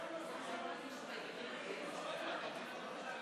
אנחנו מחכים גם ליושב-ראש האופוזיציה,